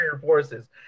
forces